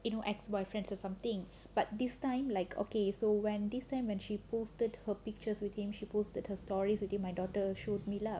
you know ex boyfriends or something but this time like okay so when this time when she posted her pictures with him she posted her stories within my daughter showed me lah